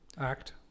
Act